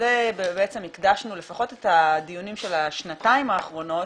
ולזה הקדשנו לפחות את הדיונים של השנתיים האחרונות,